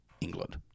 England